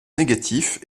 négatifs